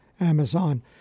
Amazon